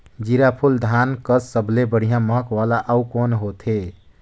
जीराफुल धान कस सबले बढ़िया महक वाला अउ कोन होथै?